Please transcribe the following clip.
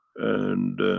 and